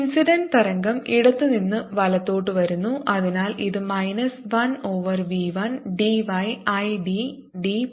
incident തരംഗം ഇടത്തുനിന്ന് വലത്തോട്ട് വരുന്നു അതിനാൽ ഇത് minus 1 over v 1 d y I d d